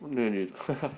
wait wait wait wait what